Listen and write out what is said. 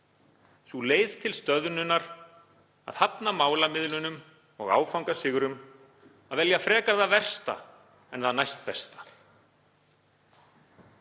sú leið til stöðnunar að hafna málamiðlunum og áfangasigrum, að velja frekar það versta en það næstbesta.